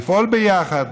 לפעול ביחד,